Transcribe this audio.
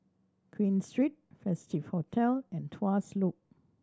Queen Street Festive Hotel and Tuas Loop